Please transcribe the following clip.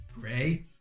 Gray